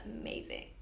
amazing